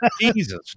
Jesus